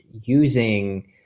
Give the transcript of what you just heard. using